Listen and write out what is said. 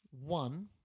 One